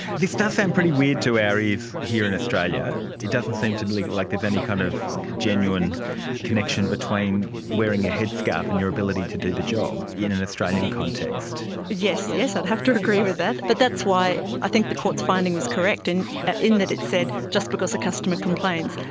this does sound pretty weird to our ears here in australia, it doesn't seem like like there's any kind of genuine connection between wearing a headscarf and your ability to do the job, in an australian context. yes, i'd have to agree with that, but that's why i think the court's finding was correct in ah in that it said just because a customer complains,